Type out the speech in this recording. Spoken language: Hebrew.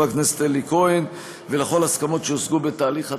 הכנסת אלי כהן ולכל ההסכמות שיושגו בתהליך התיאום,